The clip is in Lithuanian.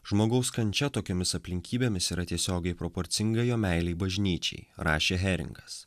žmogaus kančia tokiomis aplinkybėmis yra tiesiogiai proporcinga jo meilei bažnyčiai rašė heringas